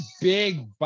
big